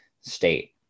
state